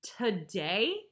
today